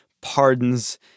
pardons